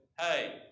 hey